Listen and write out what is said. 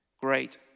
Great